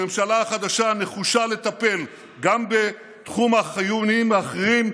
הממשלה החדשה נחושה לטפל גם בתחומים חיוניים אחרים: